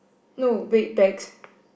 no big bags